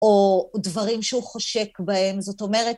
או דברים שהוא חושק בהם, זאת אומרת...